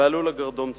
ועלו לגרדום צעירים,